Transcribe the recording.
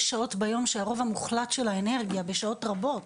יש שעות ביום שהרוב המוחלט של האנרגיה בשעות רבות,